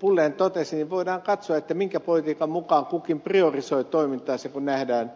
pulliainen totesi voidaan katsoa minkä politiikan mukaan kukin priorisoi toimintaansa kun nähdään